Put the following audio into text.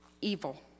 evil